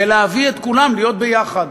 זה להביא את כולם להיות ביחד.